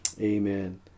Amen